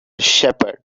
shepherd